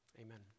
amen